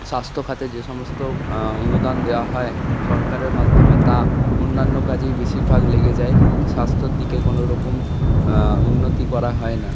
স্বাস্থ্যখাতে যে সমস্ত অনুদান দেওয়া হয় সরকারের মাধ্যমে তা অন্যান্য কাজেই বেশিরভাগ লেগে যায় স্বাস্থ্যর দিকে কোনো রকম উন্নতি করা হয় না